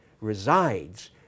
resides